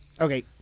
Okay